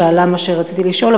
שאלה מה שרציתי לשאול,